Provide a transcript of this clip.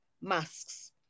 masks